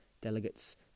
delegates